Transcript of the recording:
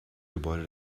gebäude